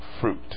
fruit